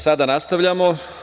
Sada nastavljamo.